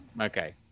Okay